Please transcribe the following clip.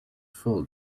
full